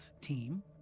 team